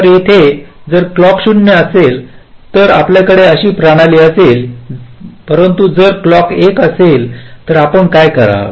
तर येथे जर क्लॉक 0 असेल तर आपल्याकडे अशी प्रणाली असेल परंतु जर क्लॉक 1 असेल तर आपण काय पहाल